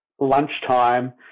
lunchtime